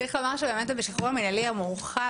צריך לומר שבאמת השחרור המינהלי המורחב,